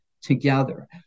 together